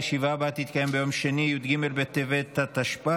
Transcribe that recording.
הישיבה הבאה תתקיים ביום שני י"ג בטבת התשפ"ד,